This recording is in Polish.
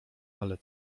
ale